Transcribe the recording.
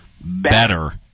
better